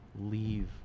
leave